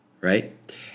right